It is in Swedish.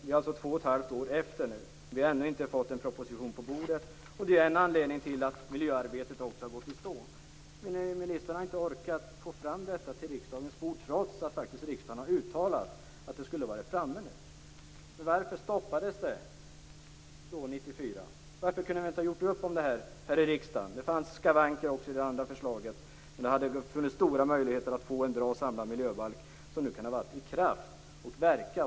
Vi är alltså två och ett halvt år efter. Vi har ännu inte fått en propositionen på bordet. Det är en anledning till att miljöarbetet har gått i stå. Ministern har inte orkat få fram detta till riksdagens bord, trots att riksdagen faktiskt har uttalat att det skulle vara framme nu. Varför stoppades det 1994? Varför kunde vi inte göra upp om det här i riksdagen? Det fanns skavanker också i det andra förslaget, men det hade funnits stora möjligheter att få en bra samlad miljöbalk som nu kunde ha varit i kraft och verka.